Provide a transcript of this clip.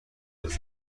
ریزی